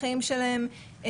של הנצחת המידע,